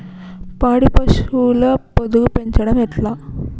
పాడి పశువుల పొదుగు పెంచడం ఎట్లా?